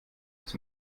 dass